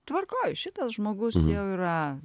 tvarkoj šitas žmogus jau yra